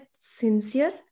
sincere